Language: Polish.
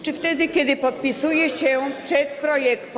Czy wtedy, kiedy podpisuje się pod projektem.